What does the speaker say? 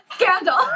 scandal